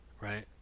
right